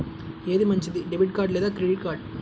ఏది మంచిది, debit card లేదా క్రెడిట్ కార్డ్?